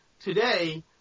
Today